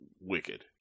wicked